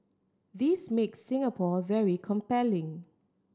this makes Singapore very compelling